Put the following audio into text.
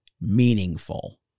meaningful